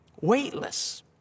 weightless